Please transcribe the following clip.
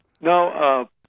No